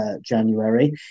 January